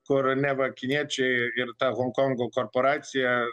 kur neva kiniečiai ir ta honkongo korporacija